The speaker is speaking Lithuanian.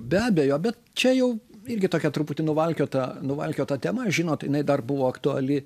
be abejo bet čia jau irgi tokia truputį nuvalkiota nuvalkiota tema žinot jinai dar buvo aktuali